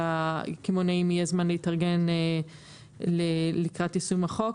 כדי שלקמעונאים יהיה זמן להתארגן לקראת יישום החוק,